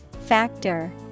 Factor